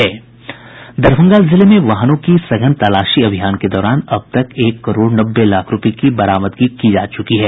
दरभंगा जिले में वाहनों के सघन तलाशी अभियान के दौरान अब तक एक करोड़ नब्बे लाख रूपये की बरामदगी की गयी है